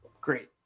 great